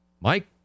Mike